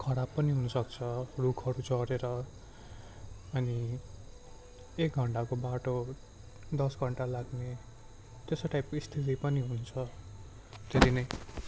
खराब पनि हुनुसक्छ रुखहरू झरेर अनि एक घन्टाको बाटो दस घन्टा लाग्ने त्यस्तो टाइपको स्थिति पनि हुन्छ त्यसले नै